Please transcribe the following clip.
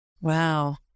Wow